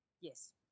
Yes